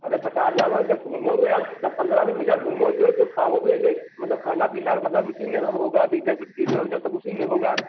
अरे पचास हज़ार वहाँ जब घूमोगे आप दस पन्द्रह दिन भैया घूमोगे जो खाओगे यह मतलब खाना पीना मतलब उसी में सब होगा डीजल डीजल ओजल सब उसी में होगा